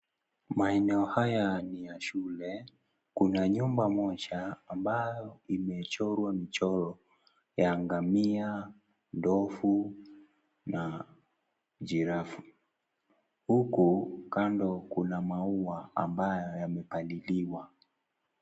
Maeneo haya ni ya shule, kuna nyumba moja ambayo imechorwa, michoro ya ngamia, ndovu na giraffe . Huku kando kuna maua ambayo yamepaliliwa.